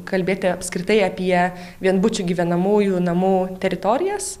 kalbėti apskritai apie vienbučių gyvenamųjų namų teritorijas